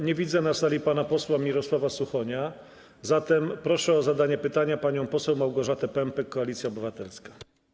Nie widzę na sali pana posła Mirosława Suchonia, zatem proszę o zadanie pytania panią poseł Małgorzatę Pępek, Koalicja Obywatelska.